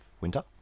winter